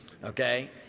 Okay